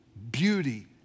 beauty